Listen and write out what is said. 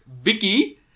Vicky